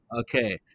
Okay